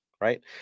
Right